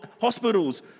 hospitals